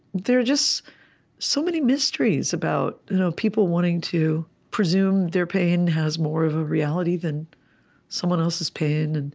there are just so many mysteries about you know people wanting to presume their pain has more of a reality than someone else's pain. and